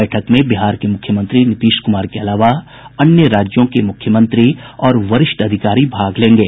बैठक में बिहार के मुख्यमंत्री नीतीश कुमार के अलावा अन्य राज्यों के मुख्यमंत्री और वरिष्ठ अधिकारी भाग लेंगे